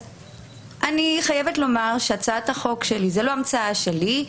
אני חייבת לומר שהצעת החוק היא לא המצאה שלי.